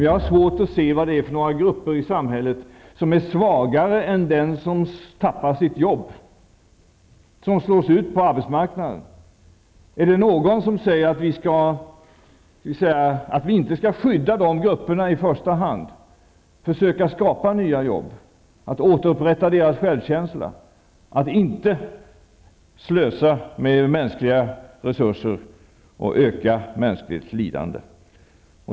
Jag har svårt att se vad det är för grupper i samhället som är svagare än de som förlorar sina jobb, som slås ut från arbetsmarknaden. Är det någon som säger att vi inte skall skydda de grupperna i första hand, försöka skapa nya jobb, att återupprätta deras självkänsla och att inte slösa med mänskliga resurser och öka mänskligt lidande?